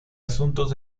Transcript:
asuntos